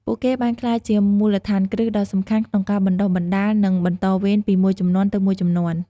ពួកគេបានក្លាយជាមូលដ្ឋានគ្រឹះដ៏សំខាន់ក្នុងការបណ្តុះបណ្តាល និងបន្តវេនពីមួយជំនាន់ទៅមួយជំនាន់ ។